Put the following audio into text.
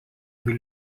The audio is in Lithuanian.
bei